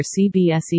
CBSE